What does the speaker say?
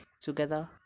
together